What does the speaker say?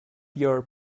your